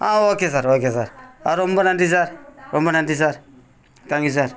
ஆ okay sir okay sir ஆ ரொம்ப நன்றி சார் ரொம்ப நன்றி சார் தேங்க்யூ சார்